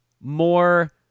more